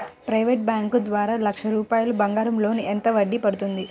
Private bank ద్వారా లక్ష రూపాయలు బంగారం లోన్ ఎంత వడ్డీ పడుతుంది?